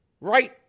Right